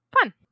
fun